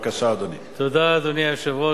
אדוני היושב-ראש,